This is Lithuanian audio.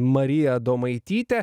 mariją adomaitytę